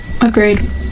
Agreed